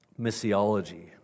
missiology